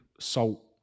salt